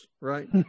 right